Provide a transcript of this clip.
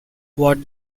what